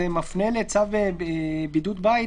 זה מפנה לצו בידוד בית: